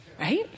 Right